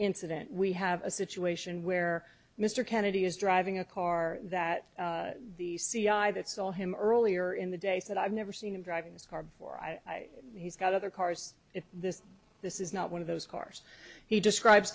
incident we have a situation where mr kennedy is driving a car that the c i that saw him earlier in the day said i've never seen him driving this car before i mean he's got other cars if this this is not one of those cars he describes